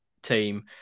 team